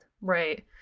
Right